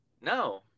No